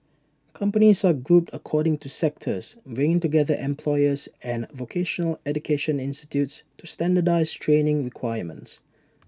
companies are grouped according to sectors bringing together employers and vocational education institutes to standardise training requirements